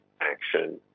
action